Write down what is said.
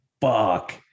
Fuck